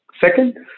Second